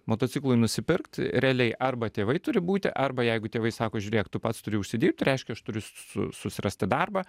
motociklui nusipirkt realiai arba tėvai turi būti arba jeigu tėvai sako žiūrėk tu pats turi užsidirbti reiškia aš turiu su susirasti darbą